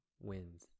wins